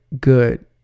good